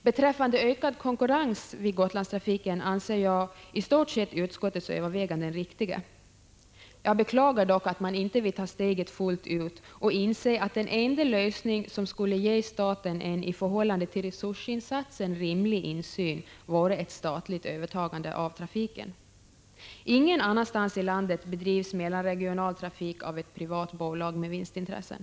Beträffande ökad konkurrens i Gotlandstrafiken anser jag att utskottets överväganden i stort sett är riktiga. Jag beklagar dock att man inte vill ta steget full ut, att man inte inser att den enda lösning som skulle ge staten en i förhållande till resursinsatsen rimlig insyn vore ett statligt övertagande av trafiken. Ingen annanstans i landet bedrivs mellanregional trafik av ett privat bolag med vinstintressen.